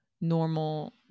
normal